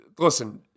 Listen